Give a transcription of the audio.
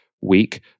week